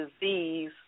disease